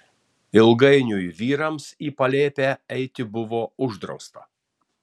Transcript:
ilgainiui vyrams į palėpę eiti buvo uždrausta